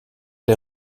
der